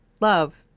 Love